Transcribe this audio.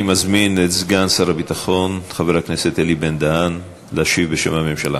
אני מזמין את סגן שר הביטחון חבר הכנסת אלי בן-דהן להשיב בשם הממשלה.